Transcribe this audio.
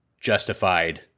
justified